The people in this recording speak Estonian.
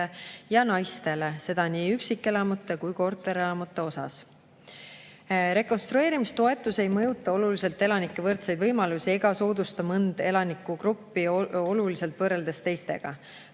ja naistele, seda nii üksikelamute kui korterelamute osas?" Rekonstrueerimistoetus ei mõjuta oluliselt elanike võrdseid võimalusi ega soodusta mõnda elanike gruppi oluliselt võrreldes teistega.